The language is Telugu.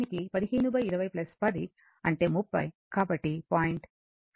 5 యాంపియర్